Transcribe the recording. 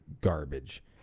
garbage